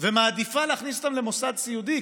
ומעדיפה להכניס אותם למוסד סיעודי,